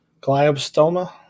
glioblastoma